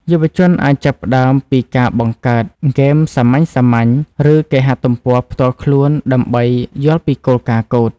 យុវជនអាចចាប់ផ្តើមពីការបង្កើតហ្គេមសាមញ្ញៗ ឬគេហទំព័រផ្ទាល់ខ្លួនដើម្បីយល់ពីគោលការណ៍កូដ។